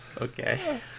Okay